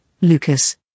Lucas